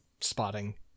spotting